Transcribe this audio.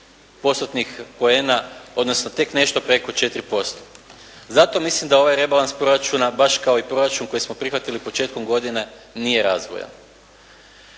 postotnih poena, odnosno tek nešto preko 4%. Zato mislim da ovaj rebalans proračuna baš kao i proračun koji smo prihvatili početkom godine nije razvojan.